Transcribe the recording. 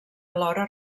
alhora